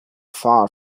far